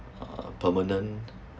uh permanent